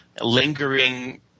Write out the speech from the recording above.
lingering